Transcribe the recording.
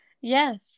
yes